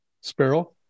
Sparrow